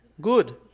good